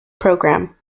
programme